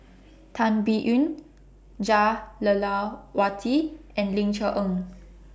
Tan Biyun Jah Lelawati and Ling Cher Eng